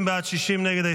50 בעד, 60 נגד.